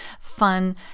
fun